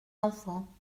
enfants